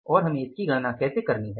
और हमें इसकी गणना कैसे करनी है